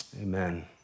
Amen